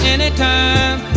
Anytime